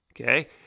Okay